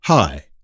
Hi